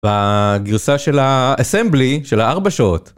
בגרסה של האסמבלי של הארבע שעות.